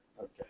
Okay